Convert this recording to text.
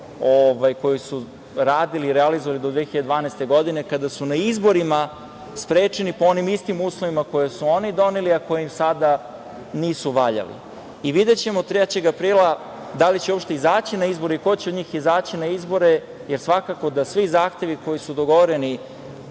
koji su radili i realizovali do 2012. godine, kada su na izborima sprečeni po onim istim uslovima koje su oni doneli, a koji im sada nisu valjali. Videćemo 3. aprila da li će uopšte izaći na izbore i ko će od njih izaći na izbore, jer svakako da svi zahtevi koji su dogovoreni